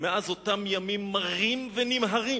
מאז אותם ימים מרים ונמהרים,